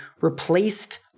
replaced